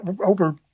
over